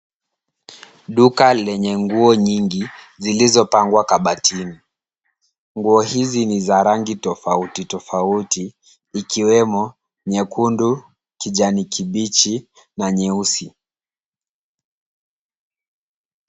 Duka lenye nguo nyingi zilizopangwa kabatini. Nguo hizi ni za rangi tofauti tofauti ikiwemo nyekundu, kijani kibichi na nyeusi.